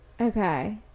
Okay